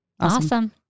Awesome